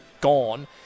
gone